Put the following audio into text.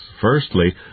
Firstly